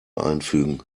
einfügen